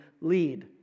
lead